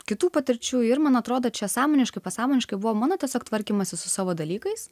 kitų patirčių ir man atrodo čia samoniškai pasamoniškai buvo mano tiesiog tvarkymasis su savo dalykais